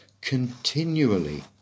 continually